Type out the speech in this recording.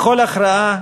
בכל הכרעה